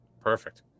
perfect